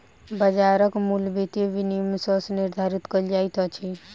बाजारक मूल्य वित्तीय विनियम सॅ निर्धारित कयल जाइत अछि